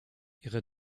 ihre